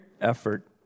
effort